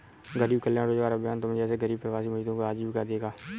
गरीब कल्याण रोजगार अभियान तुम जैसे गरीब प्रवासी मजदूरों को आजीविका देगा